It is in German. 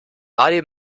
ali